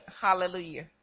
Hallelujah